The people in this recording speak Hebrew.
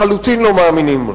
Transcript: לחלוטין לא מאמינים לו.